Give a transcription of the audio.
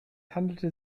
handelte